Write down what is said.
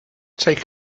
take